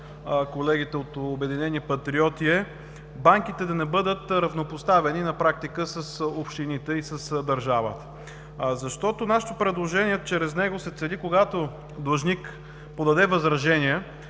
колегите от „Обединени патриоти“ е банките да не бъдат равнопоставени на практика с общините и с държавата. Чрез нашето предложение се цели, когато длъжник подаде възражение